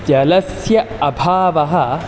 जलस्य अभावः